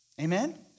Amen